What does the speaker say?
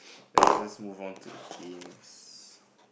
let's just move on to the games